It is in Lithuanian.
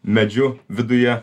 medžiu viduje